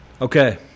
Okay